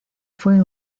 fue